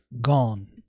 gone